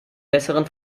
besseren